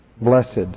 Blessed